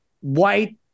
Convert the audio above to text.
white